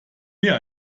mehr